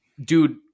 Dude